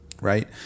right